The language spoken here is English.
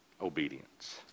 obedience